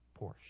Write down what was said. Porsche